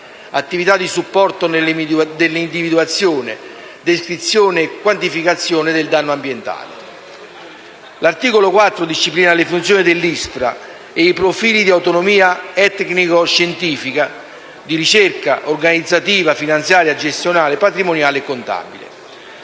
attività di supporto nell'individuazione, descrizione e quantificazione del danno ambientale. L'articolo 4 disciplina le funzioni dell'ISPRA e i profili di autonomia tecnico-scientifica, di ricerca, organizzativa, finanziaria, gestionale, patrimoniale e contabile.